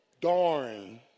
Darn